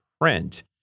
print